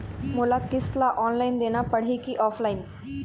मोला किस्त ला ऑनलाइन देना पड़ही की ऑफलाइन?